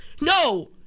No